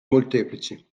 molteplici